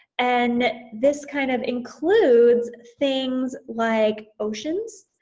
and this kind of includes things like oceans.